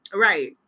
Right